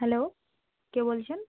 hello কে বলছেন